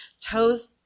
toes